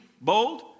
bold